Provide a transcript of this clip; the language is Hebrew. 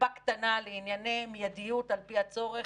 קופה קטנה לענייני מיידיות על פי הצורך.